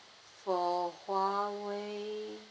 for huawei